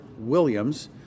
Williams